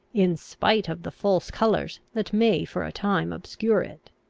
in spite of the false colours that may for a time obscure it.